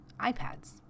iPads